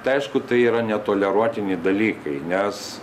tai aišku tai yra netoleruotini dalykai nes